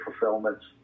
fulfillments